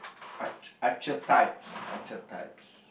*arch~ archetypes archetypes